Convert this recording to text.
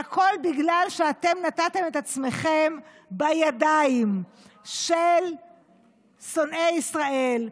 והכול בגלל שאתם נתתם את עצמכם בידיים של שונאי ישראל,